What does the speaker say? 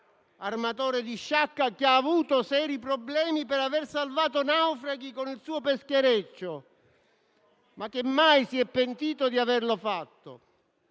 armatore di Sciacca che ha avuto seri problemi per aver salvato naufraghi con il suo peschereccio, ma che mai si è pentito di averlo fatto.